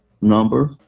number